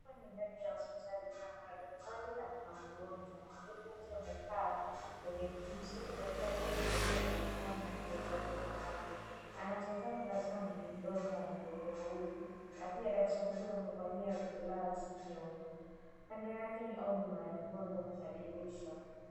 Hapa ni ndani ya hospitali na kuna daktari na kuna mgonjwa. Mgonjwa akiwa amekaa kwenye kiti, huku daktari akiwa amevaa barakoa na nguo zake za kazi. Anatazama mdomo wa mgonjwa huyu na pia daktari huyo amevalia gloves iliyo mpya. Kando yake au nyuma ya mgonjwa kuna dirisha.